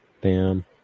Bam